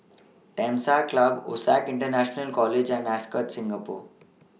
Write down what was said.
Temasek Club OSAC International College and Ascott Singapore